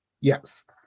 Yes